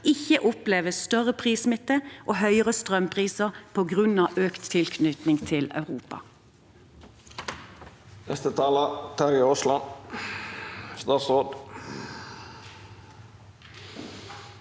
ikke opplever større prissmitte og høyere strømpriser på grunn av økt tilknytning til Europa.